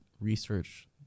research